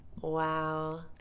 Wow